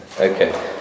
Okay